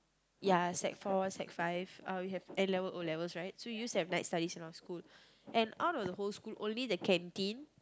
ya sec-four sec-five uh we have N-level O-levels right so we used to have night studies in our school and out of the whole school only the canteen